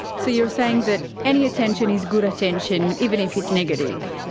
so you're saying that any attention is good attention, even if it's negative?